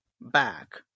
back